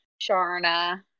Sharna